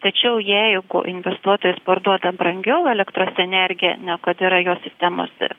tačiau jeigu investuotojas parduoda brangiau elektros energiją negu kad yra jo sistemos ir